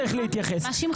מה שמך?